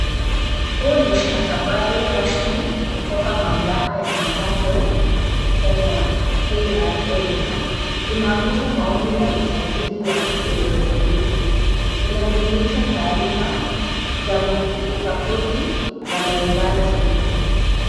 Huu ni stakabadhi rasmi kutoka mamlaka ya mapato Kenya, KRA. Inaonyesha maombi ya usajili wa kielektroniki. Inajumuisha taarifa za mlipa kodi na mwombaji.